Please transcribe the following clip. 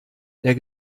der